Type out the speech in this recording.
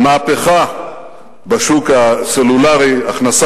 מזכיר הממשלה, אתה